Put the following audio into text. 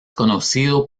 conocido